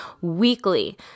weekly